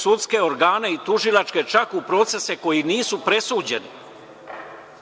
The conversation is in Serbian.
sudske organe i tužilačke, čak u procese koji nisu presuđeni.